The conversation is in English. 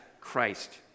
Christ